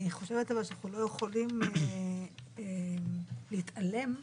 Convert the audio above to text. אבל אני חושבת שאנחנו לא יכולים להתעלם מהנסיבות,